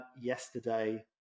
yesterday